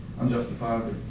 unjustifiably